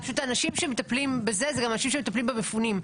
פשוט האנשים שמטפלים בזה הם גם האנשים שמטפלים במפונים.